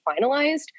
finalized